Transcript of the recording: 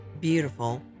beautiful